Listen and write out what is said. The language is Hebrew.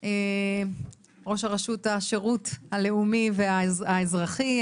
ראש רשות השירות הלאומי האזרחי,